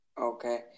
Okay